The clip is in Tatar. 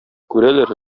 күрәләр